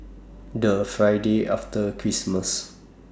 The Friday after Christmas